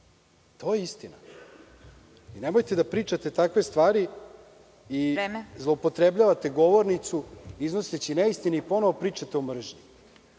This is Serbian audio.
To je istina. Nemojte da pričate takve stvari i da zloupotrebljavate govornicu iznoseći neistine i ponovo pričati o mržnji.